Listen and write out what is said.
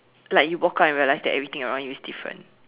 like you woke up in real life then everything around you is different